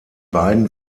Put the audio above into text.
beiden